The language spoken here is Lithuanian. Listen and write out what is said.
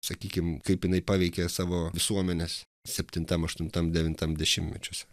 sakykim kaip jinai paveikė savo visuomenes septintam aštuntam devintam dešimtmečiuose